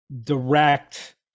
direct